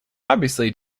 obviously